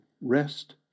rest